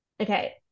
okay